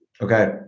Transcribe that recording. Okay